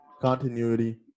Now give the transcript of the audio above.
continuity